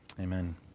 Amen